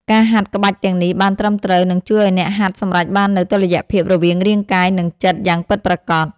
ការហាត់ក្បាច់ទាំងនេះបានត្រឹមត្រូវ នឹងជួយឱ្យអ្នកហាត់សម្រេចបាននូវតុល្យភាពរវាងរាងកាយ និងចិត្តយ៉ាងពិតប្រាកដ។